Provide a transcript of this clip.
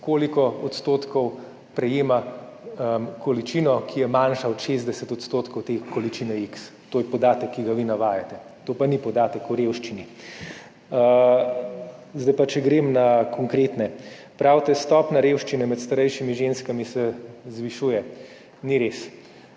koliko odstotkov prejema količino, ki je manjša od 60 % te količine x. To je podatek, ki ga vi navajate. To pa ni podatek o revščini. Zdaj pa grem na konkretno. Pravite, da se stopnja revščine med starejšimi ženskami zvišuje. Ni res.